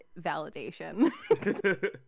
validation